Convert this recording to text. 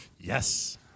yes